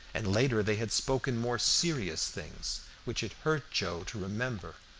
and later they had spoken more serious things, which it hurt joe to remember,